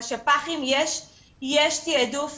בשפ"חים יש תיעדוף - דני,